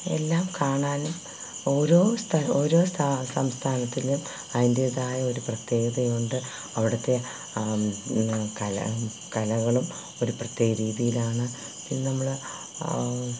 എല്ലാം കാണാനും ഓരോ ഓരോ സംസ്ഥാനത്തിലും അതിൻ്റേതായ ഒരു പ്രകത്യേകതയുണ്ട് അവിടുത്തെ കല കലകളും ഒരു പ്രേത്യേക രീതിയിലാണ് പിന്നെ നമ്മൾ